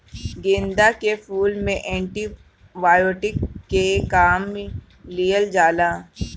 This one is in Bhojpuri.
गेंदा के फूल से एंटी बायोटिक के काम लिहल जाला